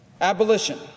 Abolition